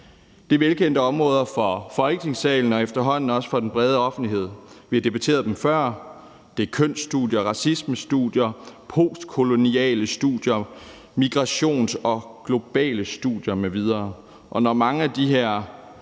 Det er velkendte områder for os i Folketingssalen og efterhånden også for den brede offentlighed. Vi har debatteret dem før; det er kønsstudier, racismestudier, postkoloniale studier, migrations- og globale studier m.v., og når mange af de her